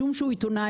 משום שהוא עיתונאי,